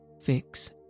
Fix